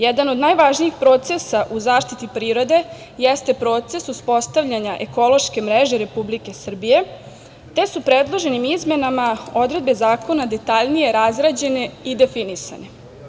Jedan od najvažnijih procesa u zaštiti prirode, jeste proces uspostavljanja ekološke mreže Republike Srbije, te su predloženim izmenama odredbe zakona detaljnije razrađene i definisane.